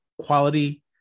quality